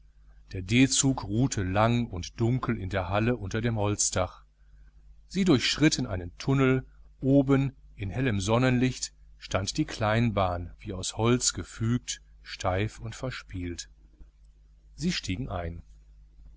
der d zug ruhte lang und dunkel in der halle unter dem holzdach sie durchschritten einen tunnel oben in hellem sonnenlicht stand die kleinbahn wie aus holz gefügt steif und verspielt sie stiegen ein